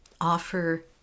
offer